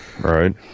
right